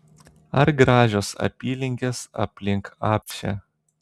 ar gražios apylinkės aplink apšę